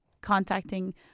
contacting